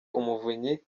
umuvunyi